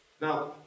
Now